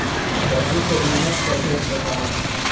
पशु के उन्नत प्रभेद बताई?